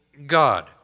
God